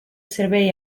servei